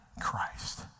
Christ